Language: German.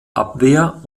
abwehr